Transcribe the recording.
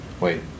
Wait